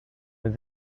with